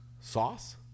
sauce